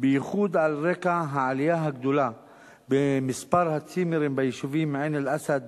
בייחוד על רקע העלייה הגדולה במספר הצימרים ביישובים עין-אל-אסד,